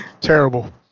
Terrible